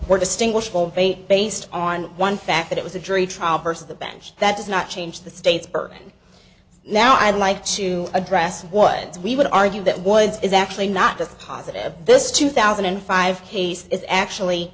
were distinguishable faith based on one fact that it was a jury trial versus the bench that does not change the state's burden now i'd like to address woods we would argue that woods is actually not a positive this two thousand and five case is actually